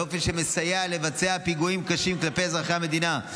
באופן שמסייע לבצע פיגועים קשים כלפי אזרחי המדינה,